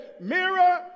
Mirror